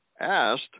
asked